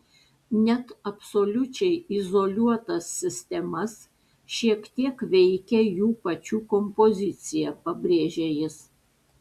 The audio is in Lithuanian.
net absoliučiai izoliuotas sistemas šiek tiek veikia jų pačių kompozicija pabrėžia jis